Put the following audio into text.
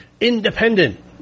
independent